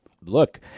look